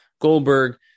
goldberg